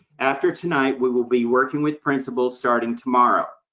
after tonight, we will be working with principals starting tomorrow,